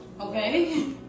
Okay